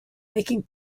making